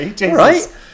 Right